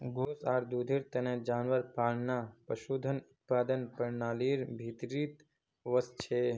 गोस आर दूधेर तने जानवर पालना पशुधन उत्पादन प्रणालीर भीतरीत वस छे